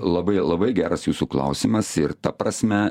labai labai geras jūsų klausimas ir ta prasme